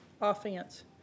offense